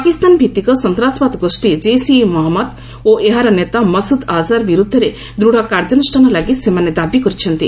ପାକିସ୍ତାନ ଭିତ୍ତିକ ସନ୍ତାସବାଦ ଗୋଷୀ ଜୈସ୍ ଇ ମହମ୍ମଦ ଓ ଏହାର ନେତା ମସୁଦ୍ ଆଜାର୍ ବିରୁଦ୍ଧରେ ଦୂଢ଼ କାର୍ଯ୍ୟାନୁଷ୍ଠାନ ଲାଗି ସେମାନେ ଦାବି କରିଛନ୍ତି